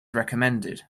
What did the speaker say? recommended